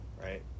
right